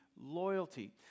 loyalty